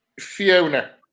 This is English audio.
Fiona